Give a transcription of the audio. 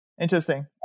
Interesting